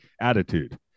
attitude